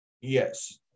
yes